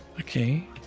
Okay